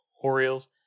Orioles